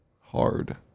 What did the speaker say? hard